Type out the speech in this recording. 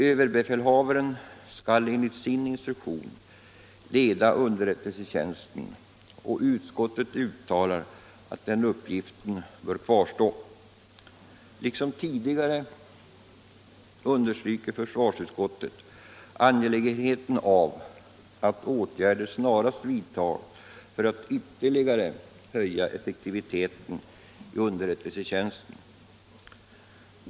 Överbefälhavaren skall enligt sin instruktion leda underrättelsetjänsten, och utskottet uttalar att denna uppgift bör kvarstå. Liksom tidigare understryker försvarsutskottet angelägenheten av att åtgärder snarast vidtas för att ytterligare höja effektiviteten i underrättelsetjänsten.